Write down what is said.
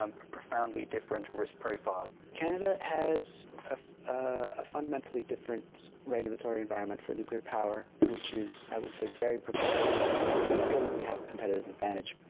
um profoundly, different risk profile. canada has a fundamentally different regulatory environment for nuclear power which is, i would say, very progressive. we do feel that we have competitive advantage